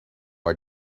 are